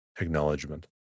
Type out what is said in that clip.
acknowledgement